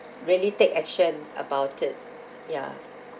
really take action about it ya